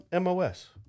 MOS